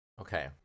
Okay